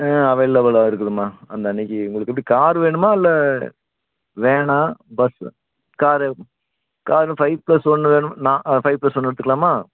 ஆ அவைலபிலா இருக்குதும்மா அந்த அன்னைக்கு உங்களுக்கு எப்படி கார் வேணுமா இல்லை வேனா பஸ்ஸா காரே கார் ஃபை ப்ளஸ் ஒன்று வேணுமா நான் ஆ ஃபை ப்ளஸ் ஒன்று எடுத்துக்கலாமா